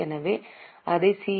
எனவே அதை சி